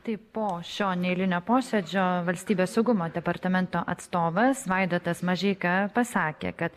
tai po šio neeilinio posėdžio valstybės saugumo departamento atstovas vaidotas mažeika pasakė kad